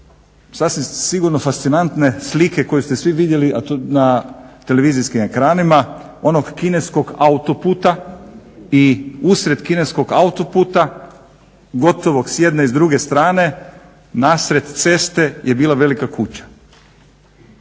sasvim sigurno fascinantne slike koju ste svi vidjeli na televizijskim ekranima onog kineskog autoputa i usred kineskog autoputa gotovog s jedne i s druge strane na sred ceste je bila velika kuća.